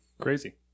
Crazy